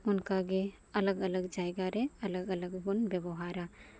ᱚᱱᱠᱟᱜᱮ ᱟᱞᱟᱠ ᱟᱞᱟᱠ ᱡᱟᱭᱜᱟᱨᱮ ᱟᱞᱟᱠ ᱟᱞᱟᱠ ᱵᱚᱱ ᱵᱮᱵᱚᱦᱟᱨᱟ